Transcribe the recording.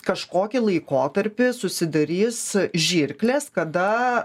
kažkokį laikotarpį susidarys žirklės kada